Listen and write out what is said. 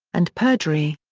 and perjury.